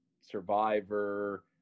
Survivor